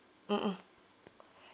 mmhmm